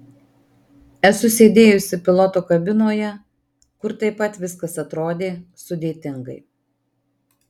esu sėdėjusi piloto kabinoje kur taip pat viskas atrodė sudėtingai